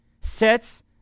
sets